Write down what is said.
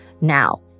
now